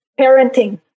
parenting